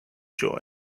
joy